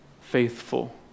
faithful